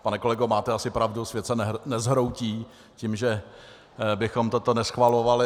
Pane kolego, máte asi pravdu, svět se nezhroutí tím, že bychom toto neschvalovali.